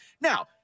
Now